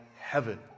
heaven